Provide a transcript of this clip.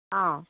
অঁ